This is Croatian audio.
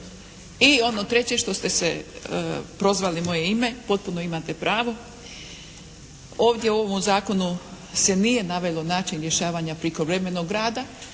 I ono treće što ste prozvali moje ime, potpuno imate pravo. Ovdje u ovom zakonu se nije naveo način rješavanja prekovremenog rada